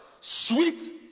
sweet